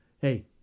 hey